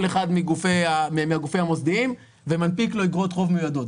אחד מהגופים המוסדיים ומנפיק לו איגרות חוב מיועדות.